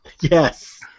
Yes